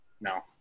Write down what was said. No